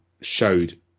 showed